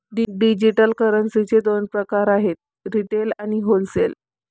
digital करन्सीचे दोन प्रकार आहेत रिटेल आणि होलसेल